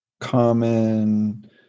common